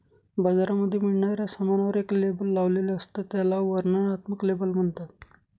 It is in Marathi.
बाजारामध्ये मिळणाऱ्या सामानावर एक लेबल लावलेले असत, त्याला वर्णनात्मक लेबल म्हणतात